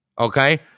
okay